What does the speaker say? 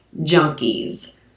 junkies